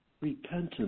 repentance